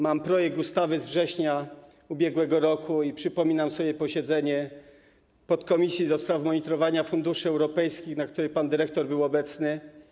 Mam projekt ustawy z września ubiegłego roku i przypominam sobie posiedzenie podkomisji ds. monitorowania funduszy europejskich, na którym pan dyrektor był obecny.